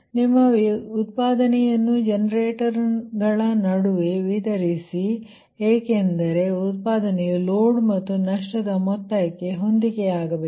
ಆದ್ದರಿಂದ ನಿಮ್ಮ ಉತ್ಫಾದನೆಯನ್ನು ಜನರೇಟರ್ಗಳ ನಡುವೆ ವಿತರಿಸಿ ಏಕೆಂದರೆ ಉತ್ಫಾದನೆಯು ಲೋಡ್ ಮತ್ತು ನಷ್ಟದ ಮೊತ್ತಕ್ಕೆ ಹೊಂದಿಕೆಯಾಗಬೇಕು